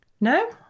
No